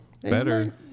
better